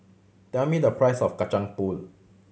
tell me the price of Kacang Pool